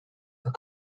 are